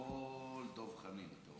גם אני פה.